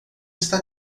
está